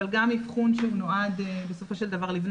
אבל גם אבחון שנועד בסופו של דבר לבנות